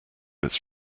its